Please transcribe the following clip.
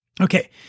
Okay